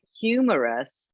humorous